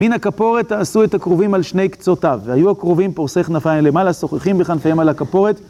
מן הכפורת תעשו את הכרובים על שני קצותיו, והיו הכרובים פורסי כנפיים למעלה, סוככים בכנפיהם על הכפורת.